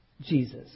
Jesus